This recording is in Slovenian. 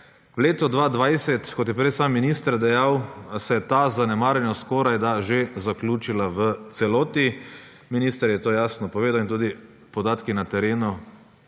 V letu 2020, kot je prej sam minister dejal, se je ta zanemarjenost skorajda že zaključila v celoti, minister je to jasno povedal in tudi podatki na terenu